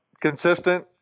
Consistent